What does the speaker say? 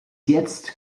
jetzt